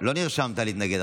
לא נרשמת להתנגד.